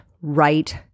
right